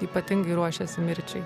ypatingai ruošėsi mirčiai